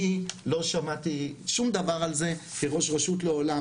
אני לא שמעתי שום דבר על זה כראש רשות לעולם,